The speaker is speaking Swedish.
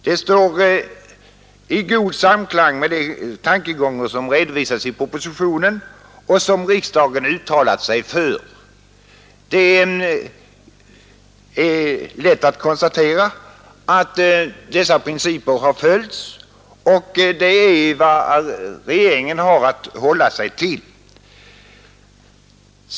Det står i god samklang med de tankegångar som redovisats i propositionen och som riksdagen uttalat sig för. Det är lätt att konstatera att dessa principer har följts, och det är vad regeringen har att hålla sig till.